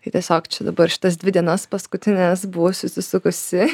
tai tiesiog čia dabar šitas dvi dienas paskutines buvau susisukusi